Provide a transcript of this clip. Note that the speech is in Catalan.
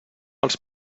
els